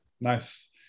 Nice